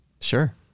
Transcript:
Sure